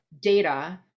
data